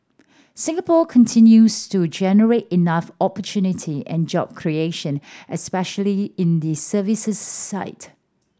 Singapore continues to generate enough opportunity and job creation especially in the services side